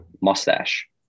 mustache